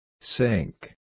Sink